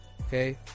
Okay